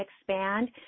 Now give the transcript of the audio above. expand